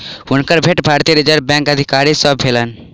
हुनकर भेंट भारतीय रिज़र्व बैंकक अधिकारी सॅ भेलैन